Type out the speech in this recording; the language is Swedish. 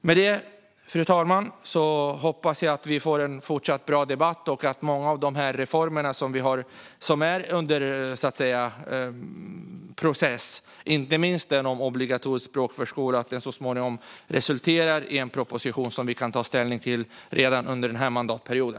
Med det, fru talman, hoppas jag att vi får en fortsatt bra debatt och att många av de reformer som är under process, inte minst den om obligatorisk språkförskola, så småningom resulterar i en proposition som vi kan ta ställning till redan under den här mandatperioden.